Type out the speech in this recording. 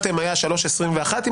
מסוימים שבהם אתה לא יכול לחוקק.